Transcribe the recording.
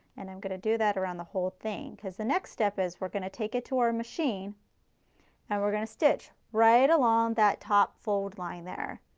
and i'm going to do that around the whole thing, because the next step is we're going to take it to our machine and we're going to stitch right along that top fold line there.